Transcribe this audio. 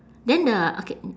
then the okay